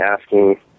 asking